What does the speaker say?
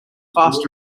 fast